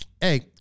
Hey